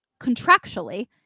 contractually